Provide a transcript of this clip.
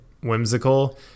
whimsical